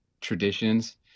traditions